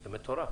זה מטורף.